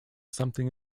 something